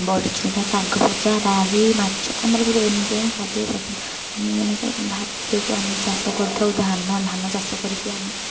ବଢ଼ି ଚୁରା ଶାଗ ଭଜା ରାହି ମାଛ ଆମର ସବୁ ଏମିତିଆ ଖାଦ୍ୟ ପସନ୍ଦ ଆମେ ମନେକର ଭାତକୁ ଆମେ ଚାଷ କରିଥାଉ ଧାନ ଧାନ ଚାଷ କରିକି ଆମେ